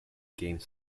game